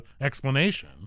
explanation